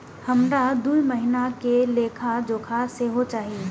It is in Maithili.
हमरा दूय महीना के लेखा जोखा सेहो चाही